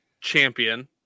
champion